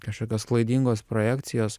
kažkokios klaidingos projekcijos